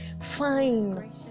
fine